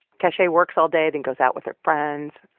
cache works all day, then goes out with her friends.